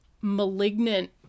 malignant